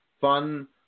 fun